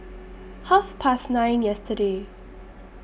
Half Past nine yesterday